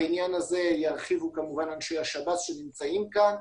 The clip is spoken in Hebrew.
בעניין הזה ירחיבו אנשי השב"ס שנמצאים כאן.